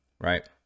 Right